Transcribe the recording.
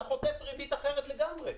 אתה חוטף ריבית אחרת לגמרי.